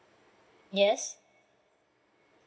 yes